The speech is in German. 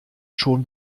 schon